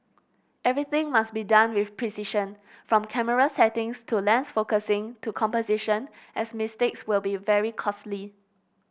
everything must be done with precision from camera settings to lens focusing to composition as mistakes will be very costly